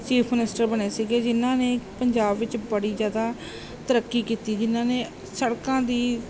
chief minister ਬਣੇ ਸੀਗੇ ਜਿਨ੍ਹਾਂ ਨੇ ਪੰਜਾਬ ਵਿੱਚ ਬੜੀ ਜ਼ਿਆਦਾ ਤਰੱਕੀ ਕੀਤੀ ਜਿਨ੍ਹਾਂ ਨੇ ਸੜਕਾਂ ਦੀ